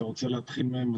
אתה רוצה להתחיל בהם?